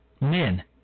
Men